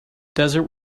desert